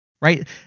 Right